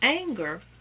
anger